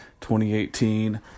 2018